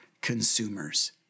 consumers